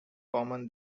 common